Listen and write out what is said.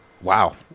Wow